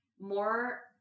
more